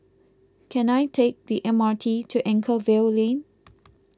can I take the M R T to Anchorvale Lane